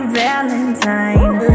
valentine